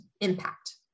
impact